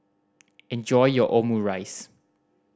enjoy your Omurice